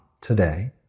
today